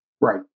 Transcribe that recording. Right